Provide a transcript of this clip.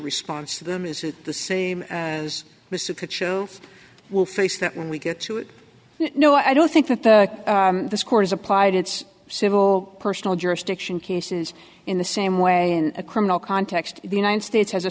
response to them is it the same as mr cook show will face that when we get to it no i don't think that the the score is applied it's civil personal jurisdiction cases in the same way in a criminal context the united states has a